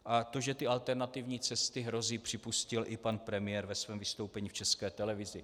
A to, že alternativní cesty hrozí, připustil i pan premiér ve svém vystoupení v České televizi.